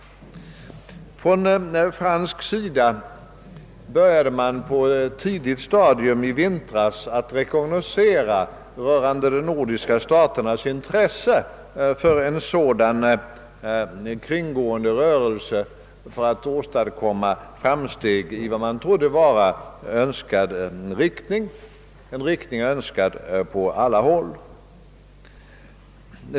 Från fransk sida började man på tidigt stadium i vintras att rekognoscera rörande de nordiska staternas intresse för en sådan kringgående rörelse för att åstadkomma framsteg i vad man trodde var önskad riktning, d.v.s. ekonomisk samverkan, önskad på alla håll.